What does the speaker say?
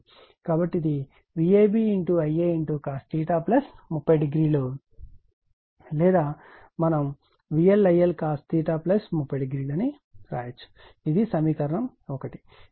కాబట్టి ఇది VabIa cos 300 లేదా మనం VLIL cos 300అని వ్రాయవచ్చు ఇది సమీకరణం 1